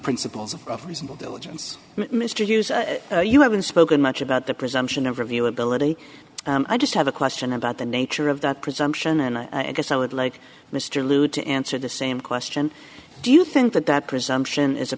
principles of reasonable diligence mr hughes you haven't spoken much about the presumption of availability and i just have a question about the nature of that presumption and i guess i would like mr lew to answer the same question do you think that that presumption is a